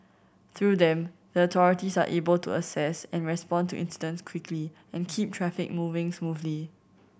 through them the authorities are able to assess and respond to incidents quickly and keep traffic moving smoothly